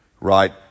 right